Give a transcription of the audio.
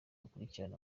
akurikirana